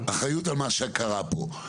הוא אומר שזה מהקיים.